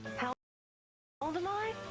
how old am i?